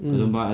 mm